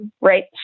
right